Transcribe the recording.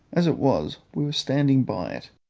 as it was, we were standing by it,